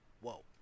whoa